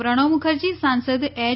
પ્રણવ મુખર્જી સાંસદ એચ